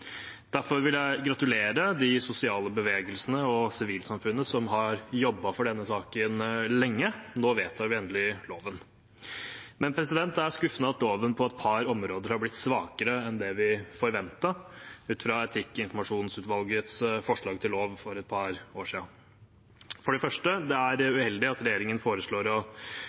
Derfor vil jeg gratulere de sosiale bevegelsene og sivilsamfunnet som har jobbet for denne saken lenge. Nå vedtar vi endelig loven. Men det er skuffende at loven på et par områder har blitt svakere enn det vi forventet ut fra etikkinformasjonsutvalgets forslag til lov for et par år siden. For det første er det uheldig at regjeringen foreslår å